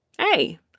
hey